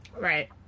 Right